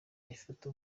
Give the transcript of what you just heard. rifata